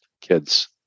kids